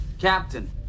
Captain